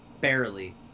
barely